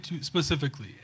specifically